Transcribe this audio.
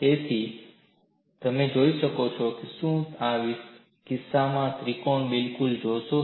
તેથી તમે જોઈ શકશો શું તમે આ કિસ્સામાં ત્રિકોણ બિલકુલ જોશો